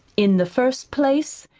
in the first place,